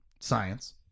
science